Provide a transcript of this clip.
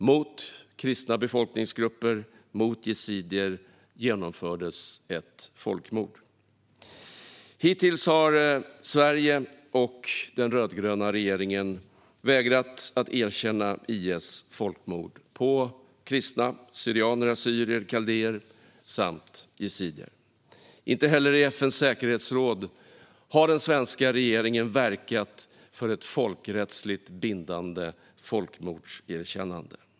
Mot kristna befolkningsgrupper och yazidier genomfördes ett folkmord. Hittills har Sverige och den rödgröna regeringen vägrat att erkänna IS folkmord på kristna - syrianer, assyrier, kaldéer - och yazidier. Inte heller i FN:s säkerhetsråd har den svenska regeringen verkat för ett folkrättsligt bindande folkmordserkännande.